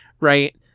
right